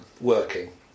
working